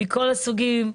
מכול הסוגים,